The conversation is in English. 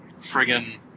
friggin